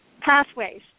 pathways